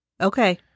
Okay